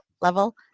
level